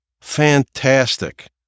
Fantastic